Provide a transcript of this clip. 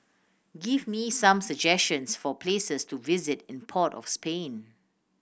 give me some suggestions for places to visit in Port of Spain